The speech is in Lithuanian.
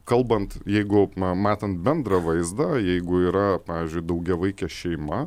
kalbant jeigu ma matant bendrą vaizdą jeigu yra pavyzdžiui daugiavaikė šeima